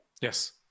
Yes